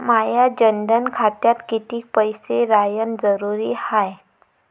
माया जनधन खात्यात कितीक पैसे रायन जरुरी हाय?